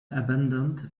abandoned